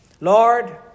Lord